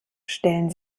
stellen